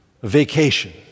Vacation